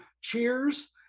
Cheers